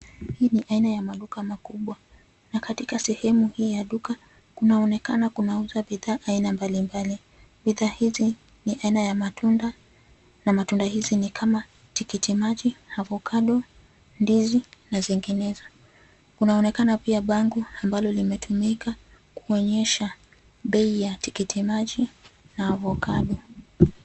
Hii ni aina ya maduka makubwa na katika sehemu hii ya duka, kunaonekana kunauzwa bidhaa aina mbalimbali. Bidhaa hizi ni aina ya matunda na matunda hizi ni kama tikiti maji, avocado, ndizi na zinginezo. Kunaonekana pia, bango ambalo limetumika kuonyesha bei ya tikiti maji na avocado.